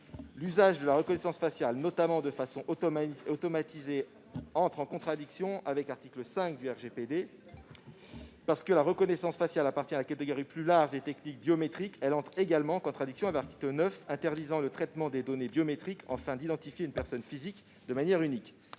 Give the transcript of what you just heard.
L'usage de la reconnaissance faciale, notamment de façon automatisée, entre en contradiction avec l'article 5 du RGPD. Parce que la reconnaissance faciale appartient à la catégorie plus large des techniques biométriques, elle entre également en contradiction avec l'article 9 interdisant « le traitement des données biométriques aux fins d'identifier une personne physique de manière unique